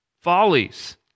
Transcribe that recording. follies